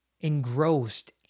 engrossed